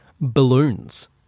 balloons